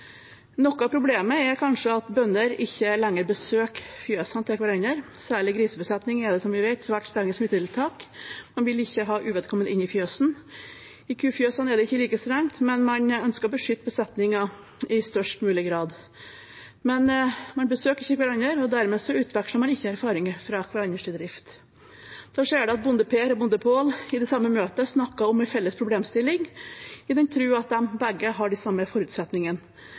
Noe av problemet er kanskje at bønder ikke lenger besøker hverandres fjøs. Særlig i grisebesetning er det som vi vet svært strenge smittetiltak. Man vil ikke ha uvedkommende inn i fjøset. I kufjøsene er det ikke like strengt, men man ønsker å beskytte besetningen i størst mulig grad. Man besøker ikke hverandre, og dermed utveksler man ikke erfaring fra hverandres drift. Så skjer det at Bonde-Per og Bonde-Pål i det samme møtet snakker om en felles problemstilling, i den tro at de begge har de samme forutsetningene,